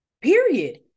period